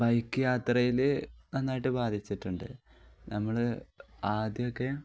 bike യാത്രയിൽ നന്നായിട്ട് ബാധിച്ചിട്ടുണ്ട് നമ്മൾ ആദ്യമൊക്കെ